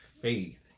faith